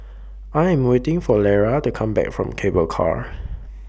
I Am waiting For Lara to Come Back from Cable Car